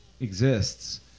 exists